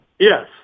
Yes